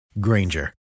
Granger